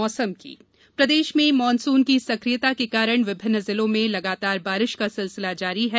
मौसम प्रदेश में मानसून की सक्रियता के कारण विभिन्न जिलों में लगातार बारिश का सिलसिला जारी है